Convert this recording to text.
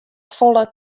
folle